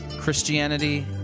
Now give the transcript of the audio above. Christianity